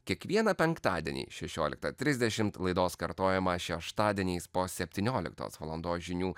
kiekvieną penktadienį šešioliktą trisdešimt laidos kartojimą šeštadieniais po septynioliktos valandos žinių